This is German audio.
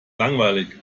langweilig